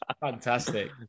Fantastic